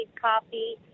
coffee